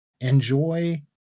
Enjoy